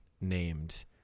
named